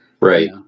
right